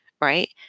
right